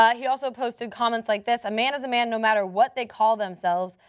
um he also posted comments like this a man is a man no matter what they call themselves.